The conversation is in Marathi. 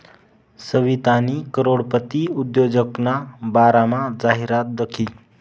सवितानी करोडपती उद्योजकना बारामा जाहिरात दखी